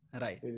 right